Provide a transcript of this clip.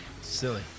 Silly